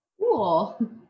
Cool